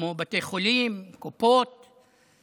כמו בתי חולים, קופות חולים.